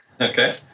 Okay